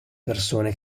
persone